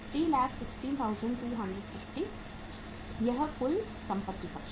316250 यह कुल संपत्ति पक्ष है